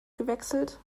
gewechselt